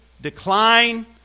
decline